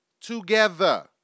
together